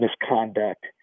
misconduct